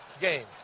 game